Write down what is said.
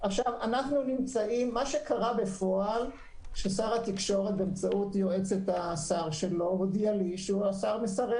מה שקרה בפועל זה ששר התקשורת באמצעות היועצת שלו הודיע לי שהוא מסרב.